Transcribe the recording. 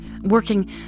working